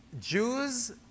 Jews